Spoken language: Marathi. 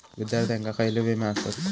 विद्यार्थ्यांका खयले विमे आसत?